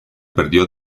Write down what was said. perdió